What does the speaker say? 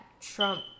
trump